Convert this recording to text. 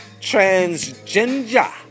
Transgender